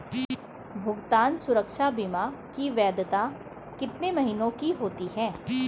भुगतान सुरक्षा बीमा की वैधता कितने महीनों की होती है?